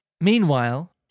Meanwhile